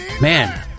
Man